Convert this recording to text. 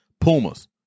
Pumas